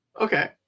Okay